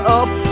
up